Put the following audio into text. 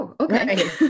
okay